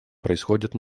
происходят